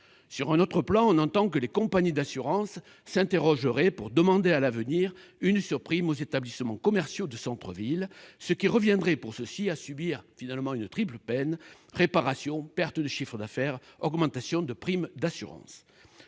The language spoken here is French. Sur un autre plan, on entend que les compagnies d'assurance réfléchiraient à demander, à l'avenir, une surprime aux établissements commerciaux de centres-villes, ce qui reviendrait pour ceux-ci à subir une triple peine : réparations, perte de chiffre d'affaires, augmentation des primes d'assurance.